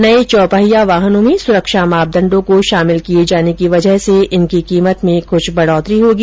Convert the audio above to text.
नये चौपहिया वाहनों में सुरक्षा मापदंडो को शामिल किये जाने की वजह से इनकी कीमत में कुछ बढोतरी होगी